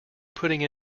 putting